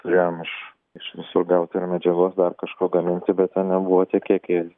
turėjom iš iš visur gauti ir medžiagos dar kažko gaminti bet ten nebuvo tie kiekiai